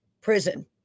prison